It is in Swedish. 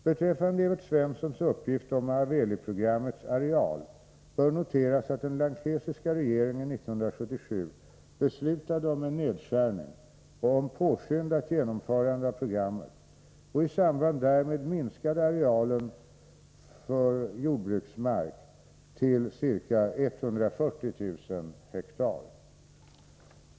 Beträffande Evert Svenssons uppgift om Mahaweli-programmets areal bör noteras att den lankesiska regeringen 1977 beslutade om en nedskärning och om påskyndat genomförande av programmet och i samband därmed minskade arealen för jordbruksmark till ca 140 000 ha.